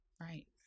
Right